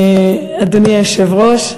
אדוני היושב-ראש,